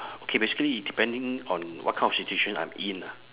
okay basically depending on what kind of situation I'm in ah